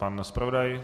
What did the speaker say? Pan zpravodaj?